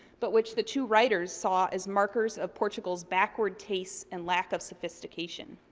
but which the two writers saw as markers of portugal's backwards tastes and lack of sophistication.